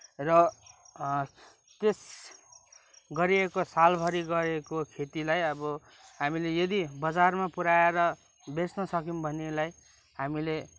र त्यस गरिएको सालभरि गरिएको खेतीलाई अब हामीले यदि बजारमा पुऱ्याएर बेच्न सक्यौँ भनेलाई हामीले